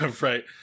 right